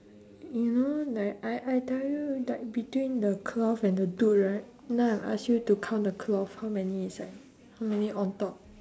you know like I I tell you like between the cloth and the dude right now I ask you to count the cloth how many inside how many on top